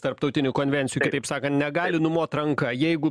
tarptautinių konvencijų kitaip sakant negali numot ranka jeigu